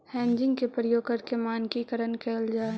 hedging के प्रयोग करके मानकीकरण कैल जा हई